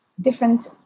different